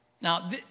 Now